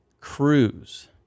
cruise